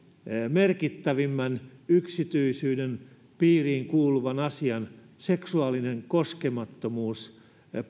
merkittävimmän yksityisyyden piiriin kuuluvan asian seksuaalinen koskemattomuus